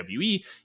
wwe